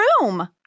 room